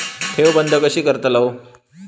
ठेव बंद कशी करतलव?